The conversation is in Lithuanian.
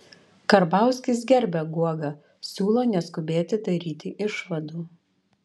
karbauskis gerbia guogą siūlo neskubėti daryti išvadų